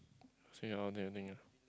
so you are not doing anything lah